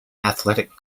athletic